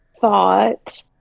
thought